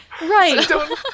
right